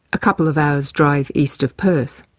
a couple of hours drive east of perth.